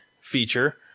feature